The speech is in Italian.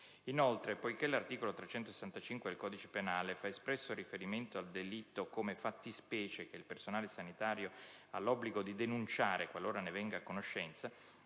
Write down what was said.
inoltre, poiché l'articolo 365 del codice penale fa espresso riferimento al delitto come fattispecie che il personale sanitario ha l'obbligo di denunciare qualora ne venga a conoscenza,